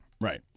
Right